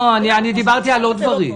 לא, דיברתי על עוד דברים.